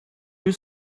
you